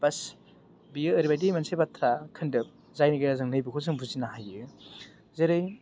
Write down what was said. बास बेयो ओरैबायदि मोनसे बाथ्रा खोन्दोब जायनि गेजेरजों नैबेखौ जों बुजिनो हायो जेरै